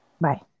Bye